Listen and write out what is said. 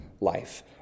life